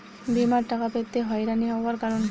বিমার টাকা পেতে হয়রানি হওয়ার কারণ কি?